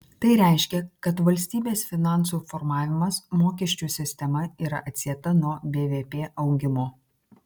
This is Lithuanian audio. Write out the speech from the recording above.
tai reiškia kad valstybės finansų formavimas mokesčių sistema yra atsieta nuo bvp augimo